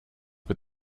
with